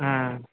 ஆ